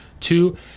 two